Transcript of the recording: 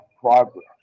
progress